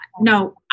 no